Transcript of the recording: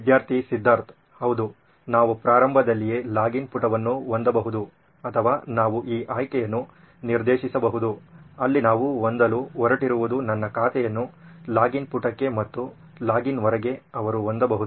ವಿದ್ಯಾರ್ಥಿ ಸಿದ್ಧಾರ್ಥ್ ಹೌದು ನಾವು ಆರಂಭದಲ್ಲಿಯೇ ಲಾಗಿನ್ ಪುಟವನ್ನು ಹೊಂದಬಹುದು ಅಥವಾ ನಾವು ಈ ಆಯ್ಕೆಯನ್ನು ನಿರ್ದೇಶಿಸಬಹುದು ಅಲ್ಲಿ ನಾವು ಹೊಂದಲು ಹೊರಟಿರುವುದು ನನ್ನ ಖಾತೆಯನ್ನು ಲಾಗಿನ್ ಪುಟಕ್ಕೆ ಮತ್ತು ಲಾಗಿನ್ ಹೊರಗೆ ಅವರು ಹೊಂದಬಹುದು